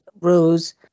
rose